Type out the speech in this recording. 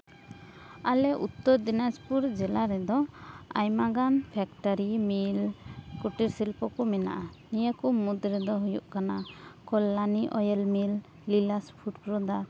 ᱟᱞᱮ ᱩᱛᱛᱚᱨ ᱫᱤᱱᱟᱡᱽᱯᱩᱨ ᱡᱮᱞᱟ ᱨᱮᱫᱚ ᱟᱭᱢᱟ ᱜᱟᱱ ᱯᱷᱮᱠᱴᱟᱨᱤ ᱢᱤᱞ ᱠᱩᱴᱤᱨ ᱥᱤᱞᱯᱚ ᱠᱚ ᱢᱮᱱᱟᱜᱼᱟ ᱱᱤᱭᱟᱹ ᱠᱚ ᱢᱩᱫᱽᱨᱮ ᱫᱚ ᱦᱩᱭᱩᱜ ᱠᱟᱱᱟ ᱠᱚᱞᱞᱟᱱᱤ ᱚᱭᱮᱞ ᱢᱤᱞ ᱵᱤᱞᱟᱥ ᱯᱷᱩᱰ ᱯᱨᱚᱫᱟ